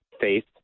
faith